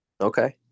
Okay